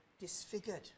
disfigured